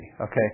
okay